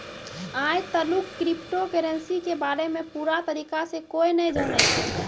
आय तलुक crypto currency के बारे मे पूरा तरीका से कोय नै जानै छै